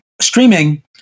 streaming